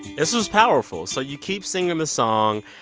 this was powerful. so you keep singing the song,